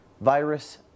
virus